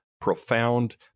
profound